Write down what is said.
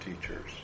teachers